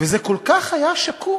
וזה כל כך היה שקוף,